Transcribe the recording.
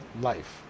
life